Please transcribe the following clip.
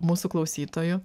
mūsų klausytojų